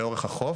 הם לאורך החוף.